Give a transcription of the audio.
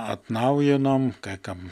atnaujinom kai kam